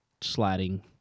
sliding